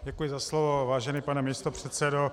Děkuji za slovo, vážený pane místopředsedo.